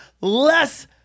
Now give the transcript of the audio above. less